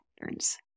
patterns